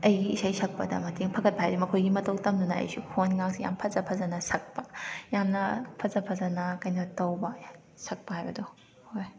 ꯑꯩꯒꯤ ꯏꯁꯩ ꯁꯛꯄꯗ ꯃꯇꯦꯡ ꯐꯒꯠꯄ ꯍꯥꯏꯗꯤ ꯃꯈꯣꯏꯒꯤ ꯃꯇꯧ ꯇꯝꯗꯅ ꯑꯩꯁꯨ ꯈꯣꯟꯒꯥꯁꯦ ꯌꯥꯝ ꯐꯖ ꯐꯖꯅ ꯁꯛꯄ ꯌꯥꯝꯅ ꯐꯖ ꯐꯖꯅ ꯀꯩꯅꯣ ꯇꯧꯕ ꯁꯛꯄ ꯍꯥꯏꯕꯗꯣ ꯑꯣꯏ